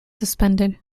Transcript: suspended